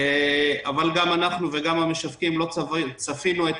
אבל גם אנחנו וגם המשווקים לא צפינו את